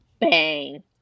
bang